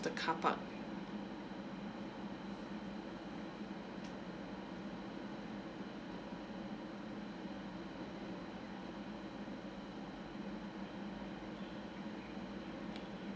of the carpark